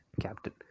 captain